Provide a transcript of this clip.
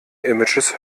images